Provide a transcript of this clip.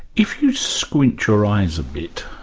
if you squint your eyes a bit,